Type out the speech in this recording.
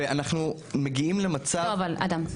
ואנחנו מגיעים למצב- -- אבל אדם,